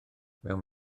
mewn